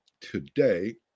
Today